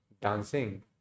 dancing